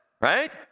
right